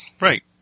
Right